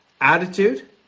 Attitude